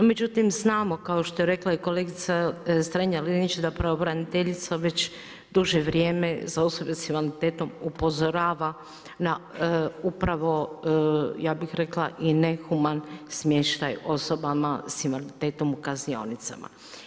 Međutim, znamo kao što je rekla i kolegica Strenja-Linić da pravobraniteljica već duže vrijeme za osobe sa invaliditetom upozorava na upravo ja bih rekla i nehuman smještaj osobama sa invaliditetom u kaznionicama.